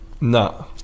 No